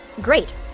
Great